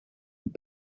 und